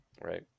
Right